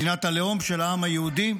מדינת הלאום של העם היהודי,